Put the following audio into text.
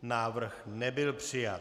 Návrh nebyl přijat.